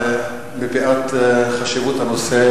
מפאת חשיבות הנושא,